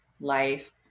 life